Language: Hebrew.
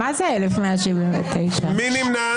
מי נמנע?